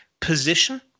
position